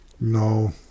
No